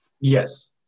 Yes